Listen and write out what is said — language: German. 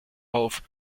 auf